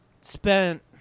spent